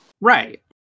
Right